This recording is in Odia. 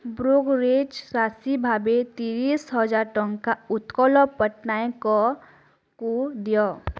ବ୍ରୋକରେଜ ରାଶି ଭାବେ ତିରିଶ ହଜାର ଟଙ୍କା ଉତ୍କଳ ପଟ୍ଟନାୟକଙ୍କୁ ଦିଅ